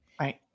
Right